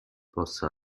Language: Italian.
possa